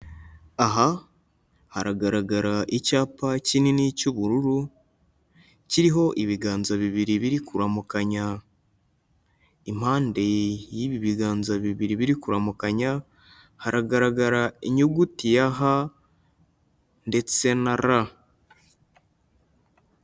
Aha haragaragara icyapa kinini cy'ubururu kiriho ibiganza bibiri biri kuramukanya. Impande y'ibi biganza bibiri biri kuramukanya, hagaragara inyuguti ya H ndetse na R.